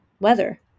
weather